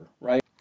right